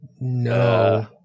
No